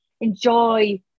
enjoy